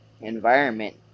environment